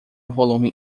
volume